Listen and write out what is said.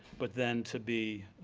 but then to be